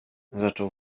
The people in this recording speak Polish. zaczął